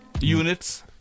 units